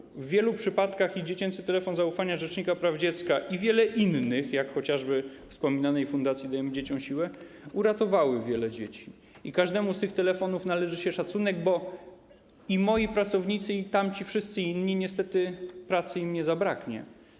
W dużej liczbie przypadków i dziecięcy telefon zaufania rzecznika praw dziecka, i wiele innych, jak chociażby wspomnianej Fundacji Dajemy Dzieciom Siłę, uratowało wiele dzieci i każdemu z tych telefonów należy się szacunek, bo i moim pracownikom, i wszystkim innym niestety pracy nie zabraknie.